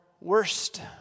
worst